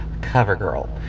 covergirl